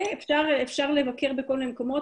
אפשר לבקר בכל מיני מקומות,